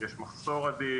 יש מחסור אדיר.